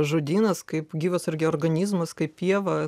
žodynas kaip gyvas irgi organizmas kaip pieva